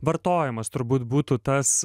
vartojimas turbūt būtų tas